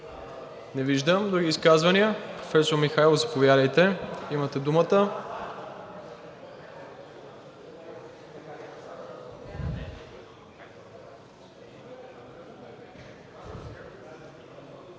Не виждам. Други изказвания? Професор Михайлов, заповядайте, имате думата.